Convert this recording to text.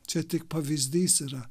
čia tik pavyzdys yra